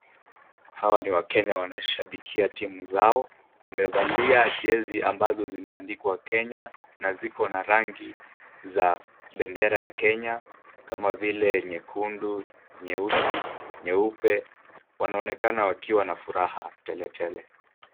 Hawa ni wakenya wanashabikia timu zao, wamevalia jesi ambazo zimeandikwa Kenya, na ziko na rangi za bendera ya Kenya kama vile; nyekundu, nyeusi, nyeupe, wanaonekana wakiwa na furaha tele tele.